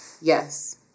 Yes